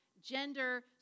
gender